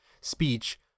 speech